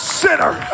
sinner